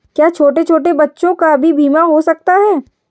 क्या छोटे छोटे बच्चों का भी बीमा हो सकता है?